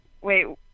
Wait